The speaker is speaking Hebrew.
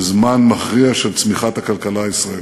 בזמן מכריע של צמיחת הכלכלה הישראלית.